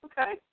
Okay